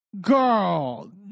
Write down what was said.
Girl